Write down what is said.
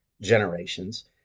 generations